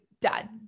done